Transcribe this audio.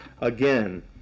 Again